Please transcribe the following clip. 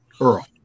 Earl